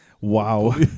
wow